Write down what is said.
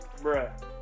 Bruh